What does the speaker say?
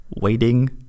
waiting